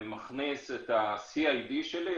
מכניס את ה-CID שלי,